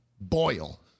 boil